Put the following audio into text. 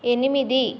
ఎనిమిది